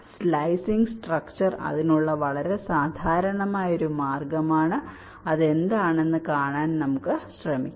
slicing structure അതിനുള്ള വളരെ സാധാരണമായ ഒരു മാർഗമാണ് അത് എന്താണെന്ന് കാണാൻ നമുക്ക് ശ്രമിക്കാം